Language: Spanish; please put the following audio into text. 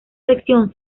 sección